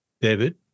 David